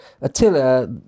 Attila